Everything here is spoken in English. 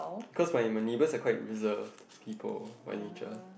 cause my my neighbors are quite reserved people by nature